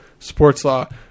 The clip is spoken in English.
SPORTSLAW